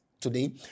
today